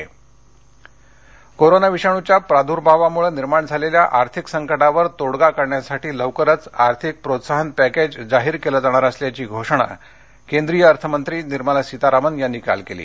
Sitharaman corona विषाणूच्या प्राद्भावामुळे निर्माण झालेल्या आर्थिक संकटावर तोडगा काढण्यासाठी लवकरच आर्थिक प्रोत्साहन पर्यंक्रि जाहीर केली जाणार असल्याची घोषणा केंद्रीय अर्थमंत्री निर्मला सीतारामन यांनी काल केली